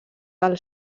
del